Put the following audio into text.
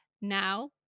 now